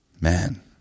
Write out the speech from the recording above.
man